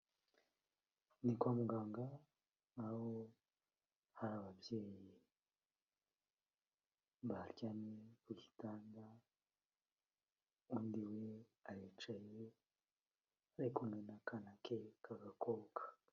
Ni kwa muganga, aho hari ababyeyi baharyamye ku gitanga, undi we aricaye, ari kumwe n'akana ke k'agakobwaka.